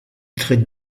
traite